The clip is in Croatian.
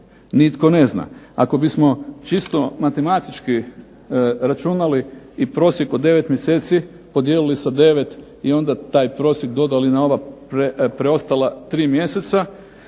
nitko ne zna. Ako bismo čisto matematički računali i prosjek 9 mjeseci podijelili sa 9 i onda taj prosjek dodali na ova preostala tri mjeseca,